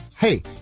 Hey